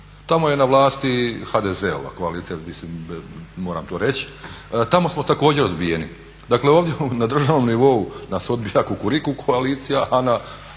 Tamo je na vlasti HDZ-ova koalicija, mislim moram to reći, tamo smo također odbijeni. Dakle ovdje na državnom nivou nas odbija Kukuriku koalicija a na